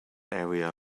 area